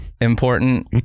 important